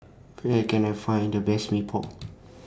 Where Can I Find The Best Mee Pok